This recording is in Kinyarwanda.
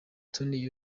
tonny